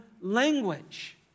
language